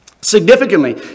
Significantly